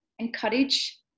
encourage